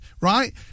right